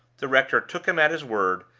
the rector took him at his word,